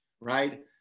right